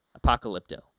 Apocalypto